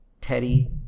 teddy